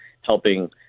helping